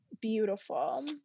beautiful